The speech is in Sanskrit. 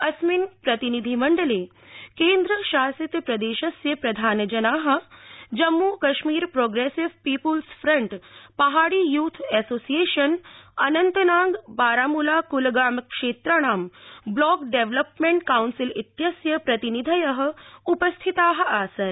अस्मिन् प्रतिनिधिमण्डले केन्द्रशासितप्रदेशस्य प्रधानजना जम्मुकरमीरप्रोप्रेसिव पीप्ल्स फ्रंट पहाडीयुथएसोसिएशन अनंतनाग बाराम्ला कूलगाम क्षेत्राणां ब्लॉक डेवलपमेंट काउंसिल इत्यस्य प्रतिनिधय उपस्थिता आसन्